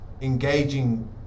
engaging